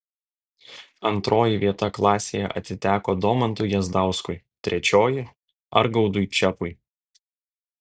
antroji vieta klasėje atiteko domantui jazdauskui trečioji argaudui čepui